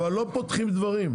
אבל לא פותחים דברים.